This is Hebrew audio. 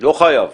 לא חייב,